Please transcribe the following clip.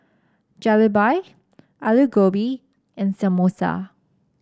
Jalebi Alu Gobi and Samosa